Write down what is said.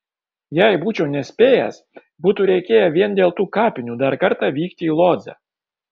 jei būčiau nespėjęs būtų reikėję vien dėl tų kapinių dar kartą vykti į lodzę